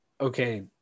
okay